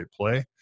play